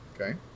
Okay